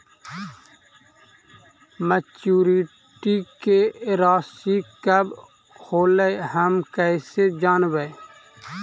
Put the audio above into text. Maturity के रासि कब होलै हम कैसे जानबै?